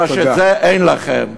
מה שאין לכם.